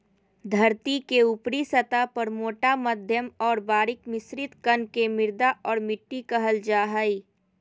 धरतीके ऊपरी सतह पर मोटा मध्यम और बारीक मिश्रित कण के मृदा और मिट्टी कहल जा हइ